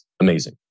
amazing